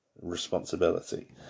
Responsibility